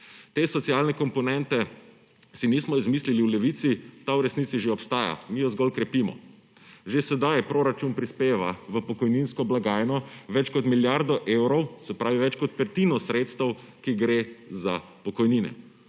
Te socialne komponente si nismo izmislili v Levici, ta v resnici že obstaja, mi jo zgolj krepimo. Že sedaj proračun prispeva v pokojninsko blagajno več kot milijardo evrov, se pravi več kot petino sredstev, ki gredo za pokojnine.